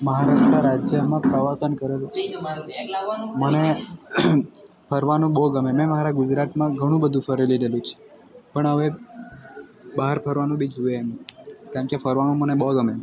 મહારાષ્ટ્રનાં રાજ્યમાં પ્રવાસન કરેલું છે મને મને ફરવાનું બહુ ગમે મેં મારા ગુજરાતમાં ઘણું બધું ફરી લીધેલું છે પણ હવે બહાર ફરવાનું બી જોઈએ કેમ કે ફરવાનું મને બહુ ગમે